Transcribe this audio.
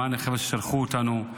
למען החבר'ה ששלחו אותנו.